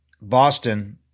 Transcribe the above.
Boston